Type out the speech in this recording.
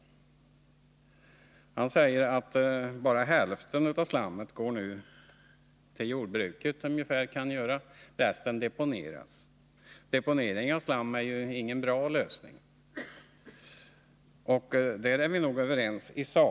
Vidare säger Lennart Brunander att endast ungefär hälften av slammet nu går till jordbruket och att resten deponeras — deponering av slam är ju ingen bra lösning. Isak är vi alltså överens om detta.